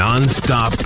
Nonstop